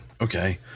okay